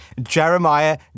Jeremiah